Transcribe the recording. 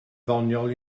ddoniol